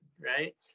right